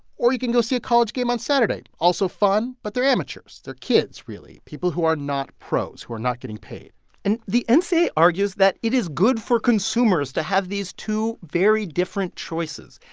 or you can go see a college game on saturday also fun, but they're amateurs. they're kids, really, people who are not pros, who are not getting paid and the and ncaa argues that it is good for consumers to have these two very different choices,